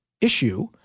issue